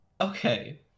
Okay